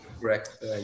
correct